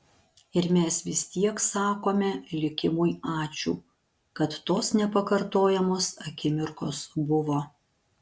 ir mes vis tiek sakome likimui ačiū kad tos nepakartojamos akimirkos buvo